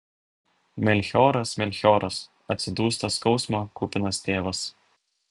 melchioras melchioras atsidūsta skausmo kupinas tėvas